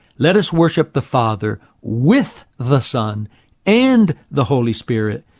let us worship the father with the son and the holy spirit,